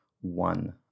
one